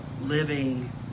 living